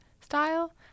style